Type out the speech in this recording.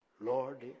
Lord